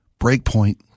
Breakpoint